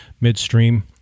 midstream